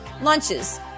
lunches